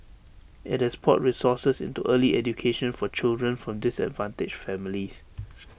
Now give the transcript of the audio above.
IT has poured resources into early education for children from disadvantaged families